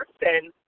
person